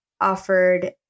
offered